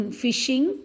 fishing